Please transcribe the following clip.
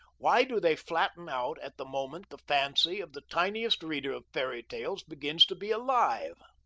why do they flatten out at the moment the fancy of the tiniest reader of fairy-tales begins to be alive?